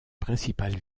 principales